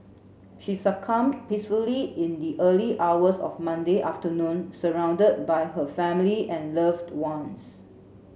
she succumbed peacefully in the early hours of Monday afternoon surrounded by her family and loved ones